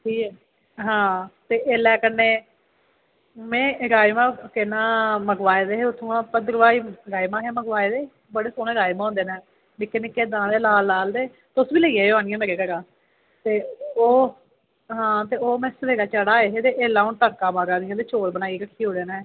आं ते ऐल्लै कन्नै ते केह् नां में राजमांह् मंगवाये दे हे उत्थुआं भद्रवाही राजमांह हे मंगवाये दे बड़े सोह्ने राजमांह् होंदे न ते निक्के निक्के दाने लाल जेह् तुस बी लेई जायो साढ़े घरा ते ओह् में सबेरै चढ़ाए दे हून तड़का ते राजमांह् चौल बनाए खमीरै नै